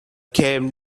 calm